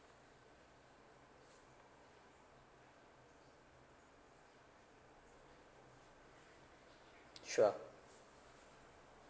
sure